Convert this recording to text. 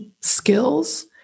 skills